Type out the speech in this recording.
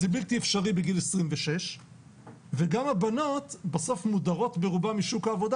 זה בלתי אפשרי בגיל 26 וגם הבנות בסוף מודרות משוק העבודה,